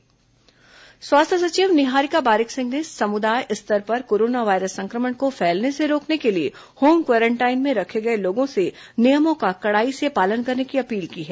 corona quarantine स्वास्थ्य सचिव निहारिका बारिक सिंह ने समुदाय स्तर पर कोरोना वायरस संक्रमण को फैलने से रोकने के लिए होम क्वारेंटाइन में रखे गए लोगों से नियमों का कड़ाई से पालन करने की अपील की है